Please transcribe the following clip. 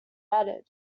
added